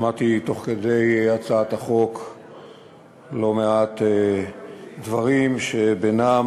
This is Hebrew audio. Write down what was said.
שמעתי תוך כדי הצגת הצעת החוק לא מעט דברים שבינם